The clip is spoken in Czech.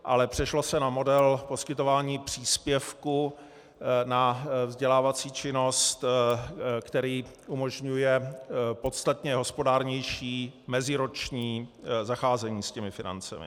Ale přešlo se na model poskytování příspěvku na vzdělávací činnost, který umožňuje podstatně hospodárnější meziroční zacházení s těmi financemi.